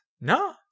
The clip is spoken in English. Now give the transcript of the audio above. No